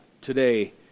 today